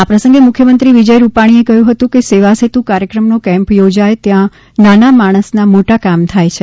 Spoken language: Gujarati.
આ પ્રસંગે મુખ્યમંત્રી વિજય રૂપાણીએ કહ્યુ હતું કે સેવાસેતુ કાર્યક્રમનો કેમ્પ યોજાય ત્યાં નાના માણસના મોટા કામ થાય છે